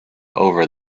over